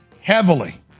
heavily